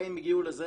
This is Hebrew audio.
האירופאים הגיעו לזה